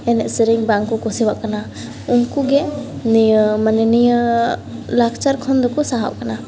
ᱮᱱᱮᱡᱼᱥᱮᱨᱮᱧ ᱵᱟᱝᱠᱚ ᱠᱩᱥᱤᱣᱟᱜ ᱠᱟᱱᱟ ᱩᱱᱠᱚ ᱜᱮ ᱱᱤᱭᱟᱹ ᱢᱟᱱᱮ ᱱᱤᱭᱟᱹ ᱞᱟᱠᱪᱟᱨ ᱠᱷᱚᱱᱫᱚ ᱠᱚ ᱥᱟᱦᱟᱜ ᱠᱟᱱᱟ